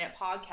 podcast